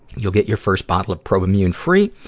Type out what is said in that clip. you'll get your first bottle of probimune free,